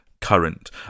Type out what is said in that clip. current